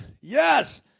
Yes